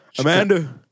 Amanda